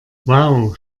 wow